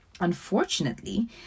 Unfortunately